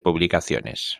publicaciones